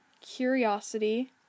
Curiosity